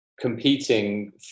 competing